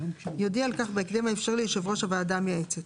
יודיע על כך בהקדם האפשרי ליושב ראש הוועדה המייעצת,